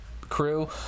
crew